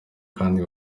kandi